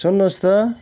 सुन्नुहोस् त